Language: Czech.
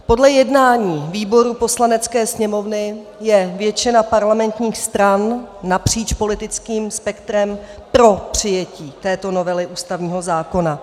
Podle jednání výborů Poslanecké sněmovny je většina parlamentních stran napříč politickým spektrem pro přijetí této novely ústavního zákona.